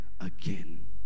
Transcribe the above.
again